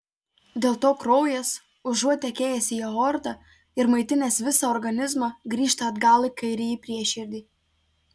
dėl to kraujas užuot tekėjęs į aortą ir maitinęs visą organizmą grįžta atgal į kairįjį prieširdį